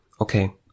Okay